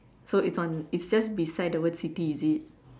so it's on it's just beside the word city is it